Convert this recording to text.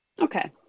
Okay